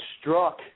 struck